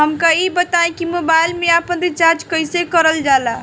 हमका ई बताई कि मोबाईल में आपन रिचार्ज कईसे करल जाला?